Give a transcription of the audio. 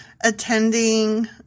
attending